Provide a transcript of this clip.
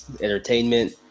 entertainment